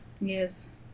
Yes